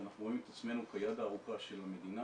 אנחנו רואים את עצמנו כיד הארוכה של המדינה.